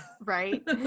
Right